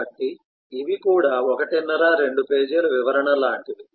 కాబట్టి ఇవి కూడా ఒకటిన్నర 2 పేజీల వివరణ లాంటివి